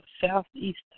Southeast